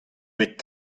bet